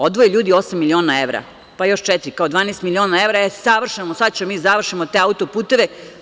Odvoje ljudi osam miliona evra, pa još četiri, 12 miliona evra, savršeno, sada ćemo mi da završimo te autoputeve.